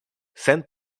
sen